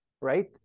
right